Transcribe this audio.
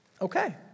Okay